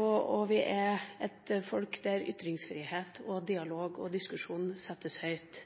og vi er et folk der ytringsfrihet, dialog og diskusjon settes høyt.